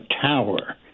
tower